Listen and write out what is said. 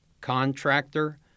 contractor